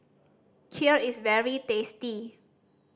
kheer is very tasty